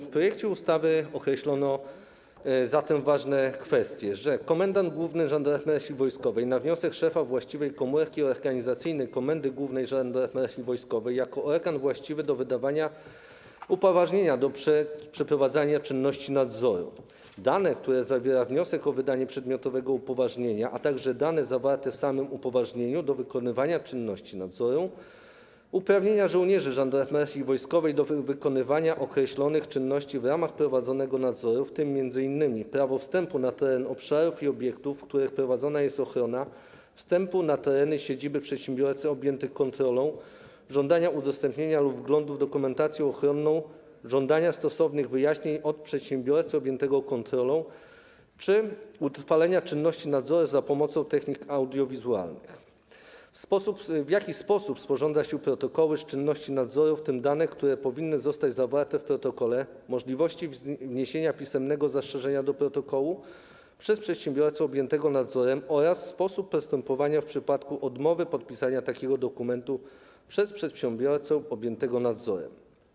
W projekcie ustawy określono zatem ważne kwestie, określono: komendanta głównego Żandarmerii Wojskowej - na wniosek szefa właściwej komórki organizacyjnej Komendy Głównej Żandarmerii Wojskowej - jako organ właściwy do wydawania upoważnienia do przeprowadzania czynności nadzoru; dane, które zawiera wniosek o wydanie przedmiotowego upoważnienia, a także dane zawarte w samym upoważnieniu do dokonywania czynności nadzoru; uprawnienia żołnierzy Żandarmerii Wojskowej do wykonywania określonych czynności w ramach prowadzonego nadzoru, w tym m.in. prawo wstępu na teren obszarów i obiektów, w których prowadzona jest ochrona, wstępu na teren siedziby przedsiębiorcy objętego kontrolą, żądania udostępnienia dokumentacji ochronnej lub wglądu w nią, żądania stosownych wyjaśnień od przedsiębiorcy objętego kontrolą czy utrwalania czynności nadzoru za pomocą technik audiowizualnych; w jaki sposób sporządza się protokół czynności nadzoru, w tym dane, które powinny zostać zawarte w protokole, możliwość wniesienia pisemnego zastrzeżenia co do protokołu przez przedsiębiorcę objętego nadzorem oraz sposób postępowania w przypadku odmowy podpisania takiego dokumentu przez przedsiębiorcę objętego nadzorem.